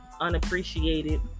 unappreciated